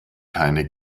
keine